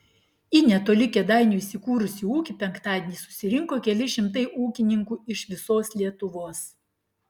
į netoli kėdainių įsikūrusį ūkį penktadienį susirinko keli šimtai ūkininkų iš visos lietuvos